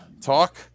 talk